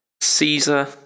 Caesar